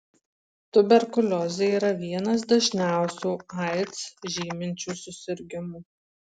tuberkuliozė yra vienas dažniausių aids žyminčių susirgimų